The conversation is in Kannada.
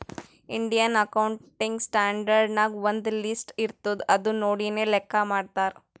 ಇಂಡಿಯನ್ ಅಕೌಂಟಿಂಗ್ ಸ್ಟ್ಯಾಂಡರ್ಡ್ ನಾಗ್ ಒಂದ್ ಲಿಸ್ಟ್ ಇರ್ತುದ್ ಅದು ನೋಡಿನೇ ಲೆಕ್ಕಾ ಮಾಡ್ತಾರ್